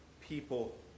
people